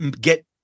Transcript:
get